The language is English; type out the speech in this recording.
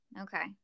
Okay